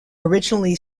originally